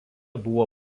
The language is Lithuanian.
buvo